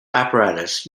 apparatus